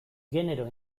genero